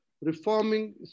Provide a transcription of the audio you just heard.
reforming